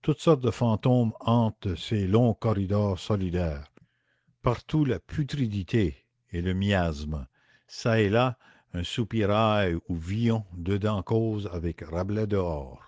toutes sortes de fantômes hantent ces longs corridors solitaires partout la putridité et le miasme çà et là un soupirail où villon dedans cause avec rabelais dehors